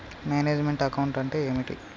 Manage meant account అంటే ఏమిటి?